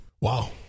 Wow